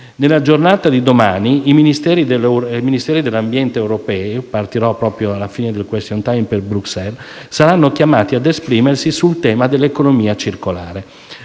Nella giornata di domani i Ministeri dell'ambiente europei - proprio alla fine del *question time* partirò per Bruxelles - saranno chiamati ad esprimersi sul tema dell'economia circolare.